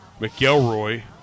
McElroy